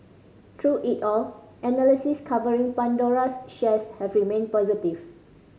through it all analysts covering Pandora's shares have remained positive